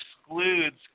excludes